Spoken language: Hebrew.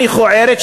המכוערת,